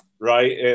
right